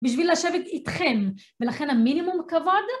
בשביל לשבת אתכם ולכן המינימום כבוד